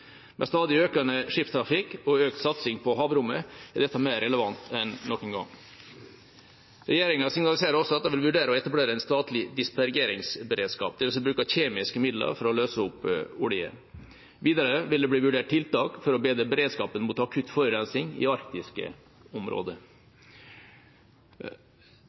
Med stadig økende skipstrafikk og økt satsing på havrommet er dette mer relevant enn noen gang. Regjeringa signaliserer også at de vil vurdere å etablere en statlig dispergeringsberedskap, dvs. bruk av kjemiske midler for å løse opp olje. Videre vil det bli vurdert tiltak for å bedre beredskapen mot akutt forurensning i arktiske områder.